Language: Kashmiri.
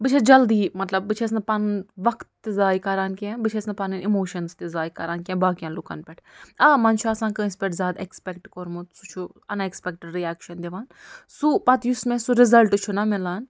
بہٕ چھَس جلدی یہِ مطلب بہٕ چھَس نہٕ پنُن وقت تہِ زایہِ کَران کیٚنٛہہ بہٕ چھَس نہٕ پنٕنۍ اِموشنٕز تہِ زایہِ کَران کیٚنٛہہ باقین لُکن پٮ۪ٹھ آ منٛزٕ چھُ آسان کٲنٛسہِ پٮ۪ٹھ زیادٕ اٮ۪کٕسپٮ۪کٹ کوٚرمُت سُہ چھُ ان اٮ۪کٕسپٮ۪کٹڈ رِیکشن دِوان سُہ پتہٕ یُس مےٚ سُہ رِزلٹ چھُنا مِلان